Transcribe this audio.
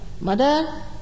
Mother